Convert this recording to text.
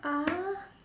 ah